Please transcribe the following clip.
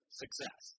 success